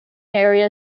area